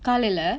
காலைல:kalaila